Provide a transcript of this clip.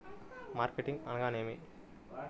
Marketing అనగానేమి?